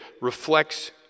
reflects